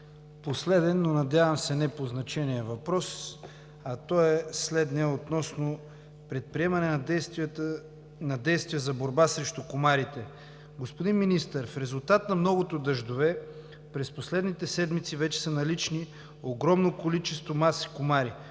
последният, но, надявам се, не по значение въпрос е относно предприемане на действия за борба срещу комарите. Господин Министър, в резултат на многото дъждове през последните седмици вече са налични огромни количества маси комари.